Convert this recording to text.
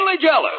jealous